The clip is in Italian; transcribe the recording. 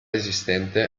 esistente